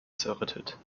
zerrüttet